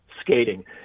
skating